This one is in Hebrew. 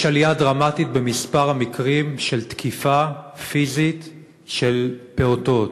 יש עלייה דרמטית במספר המקרים של תקיפה פיזית של פעוטות.